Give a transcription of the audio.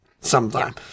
sometime